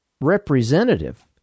representative